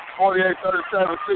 48-37